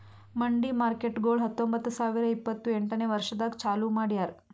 ಮಂಡಿ ಮಾರ್ಕೇಟ್ಗೊಳ್ ಹತೊಂಬತ್ತ ಸಾವಿರ ಇಪ್ಪತ್ತು ಎಂಟನೇ ವರ್ಷದಾಗ್ ಚಾಲೂ ಮಾಡ್ಯಾರ್